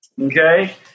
Okay